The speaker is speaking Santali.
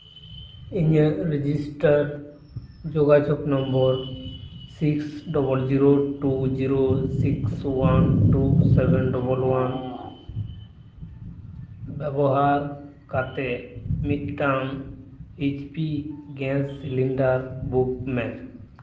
ᱤᱧᱟᱹᱜ ᱨᱮᱡᱤᱥᱴᱟᱨ ᱡᱳᱜᱟᱡᱳᱜᱽ number six double zero two zero six one two seven double one ᱵᱮᱵᱚᱦᱟᱨ ᱠᱟᱛᱮ ᱢᱤᱫᱴᱟᱝ H P gas cylinder book ᱢᱮ